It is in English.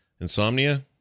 Insomnia